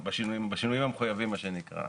בשינויים המחויבים מה שנקרא.